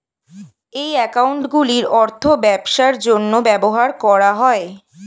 এই অ্যাকাউন্টগুলির অর্থ ব্যবসার জন্য ব্যবহার করা হয়